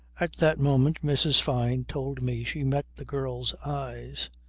at that moment, mrs. fyne told me she met the girl's eyes.